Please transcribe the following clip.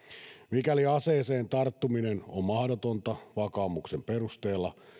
mikäli aseeseen tarttuminen on mahdotonta vakaumuksen perusteella